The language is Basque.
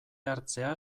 hartzea